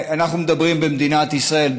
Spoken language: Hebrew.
אנחנו מדברים על מדינת ישראל,